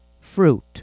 fruit